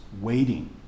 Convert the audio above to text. waiting